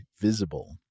Visible